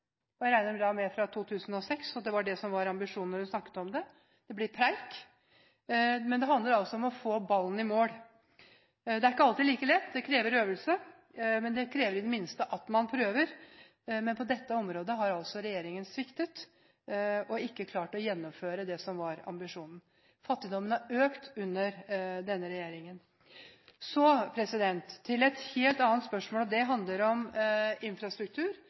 fjernes. Jeg regner da med at det var fra 2006, at det var ambisjonen da hun snakket om det. Det blir preik. Men det handler om å få ballen i mål. Det er ikke alltid like lett. Det krever øvelse og at man i det minste prøver, men på dette området har regjeringen sviktet og ikke klart å gjennomføre det som var ambisjonen. Fattigdommen har økt under denne regjeringen. Til et helt annet spørsmål som handler om infrastruktur